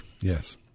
yes